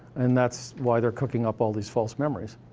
and that's why they're cooking up all these false memories.